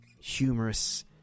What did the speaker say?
humorous